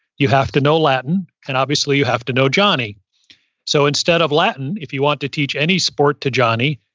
you have to know latin, and obviously you have to know johnny so instead of latin, if you want to teach any sport to johnny,